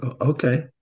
okay